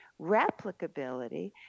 replicability